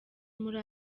muri